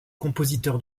compositeur